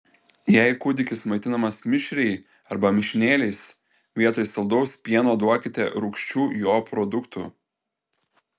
jei kūdikis maitinamas mišriai arba mišinėliais vietoj saldaus pieno duokite rūgščių jo produktų